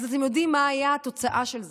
אתם יודעים מה הייתה התוצאה של זה,